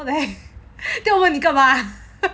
what the heck then 我问你干嘛